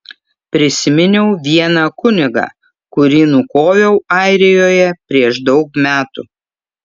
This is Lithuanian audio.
prisiminiau vieną kunigą kurį nukoviau airijoje prieš daug metų